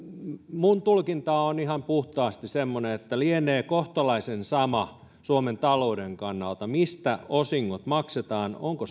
minun tulkintani on ihan puhtaasti semmoinen että lienee kohtalaisen sama suomen talouden kannalta mistä osingot maksetaan onko